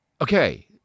Okay